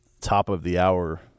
top-of-the-hour